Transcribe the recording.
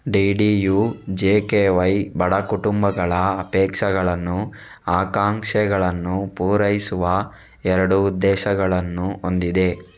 DDUJKY ಬಡ ಕುಟುಂಬಗಳ ಅಪೇಕ್ಷಗಳನ್ನು, ಆಕಾಂಕ್ಷೆಗಳನ್ನು ಪೂರೈಸುವ ಎರಡು ಉದ್ದೇಶಗಳನ್ನು ಹೊಂದಿದೆ